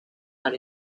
out